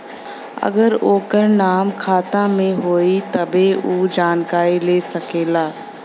अगर ओकर नाम खाता मे होई तब्बे ऊ जानकारी ले सकेला